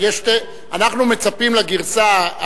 אנחנו מצפים לגרסה,